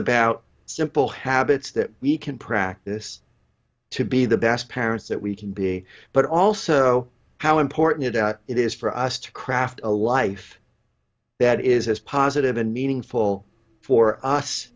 about simple habits that we can practice to be the best parents that we can be but also how important it is for us to craft a life that is as positive and meaningful for us